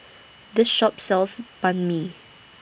This Shop sells Banh MI